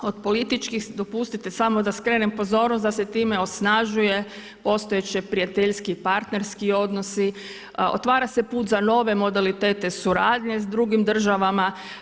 Od političkih dopustite samo da skrenem pozornost da se time osnažuje postojeći prijateljski partnerski odnosi, otvara se put za nove modalitete suradnje s drugim državama.